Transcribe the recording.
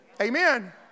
Amen